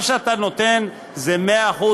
מה שאתה נותן זה 100%,